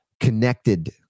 connected